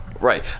Right